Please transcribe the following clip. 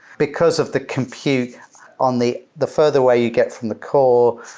because of the compute on the the further way you get from the core,